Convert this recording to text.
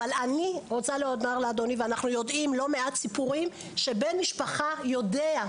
אבל אני רוצה לומר לאדוני ואנחנו יודעים לא מעט סיפורים שבן משפחה יודע,